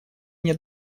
мне